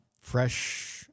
Fresh